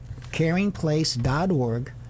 caringplace.org